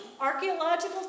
Archaeological